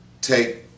take